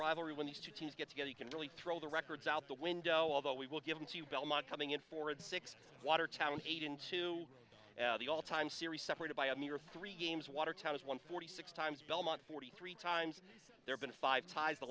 rivalry when these two teams get together you can really throw the records out the window although we will give it to you belmont coming in for it six watertown eight into the all time series separated by a mere three games watertown is one forty six times belmont forty three times has there been five ties the